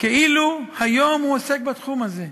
כאילו היום הוא עוסק בתחום הזה.